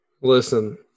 Listen